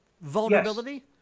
vulnerability